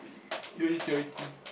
donate charity